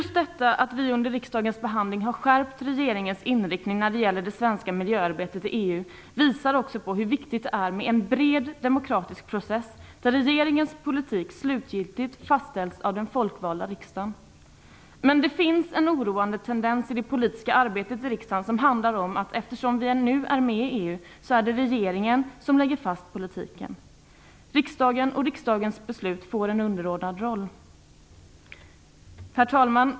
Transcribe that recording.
Det faktum att vi under riksdagens behandling har skärpt regeringens inriktning när det gäller det svenska miljöarbetet i EU visar också hur viktigt det är med en bred demokratisk process, där regeringens politik slutgiltigt fastställs av den folkvalda riksdagen. Det finns dock en oroande tendens i det politiska arbetet i riksdagen att det är regeringen som lägger fast politiken, eftersom vi nu är med i EU. Riksdagen och riksdagens beslut får en underordnad roll. Herr talman!